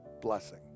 blessing